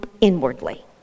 inwardly